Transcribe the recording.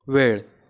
वेळ